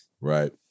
Right